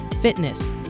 fitness